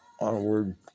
Onward